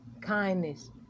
kindness